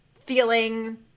feeling